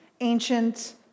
ancient